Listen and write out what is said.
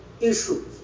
issues